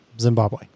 Zimbabwe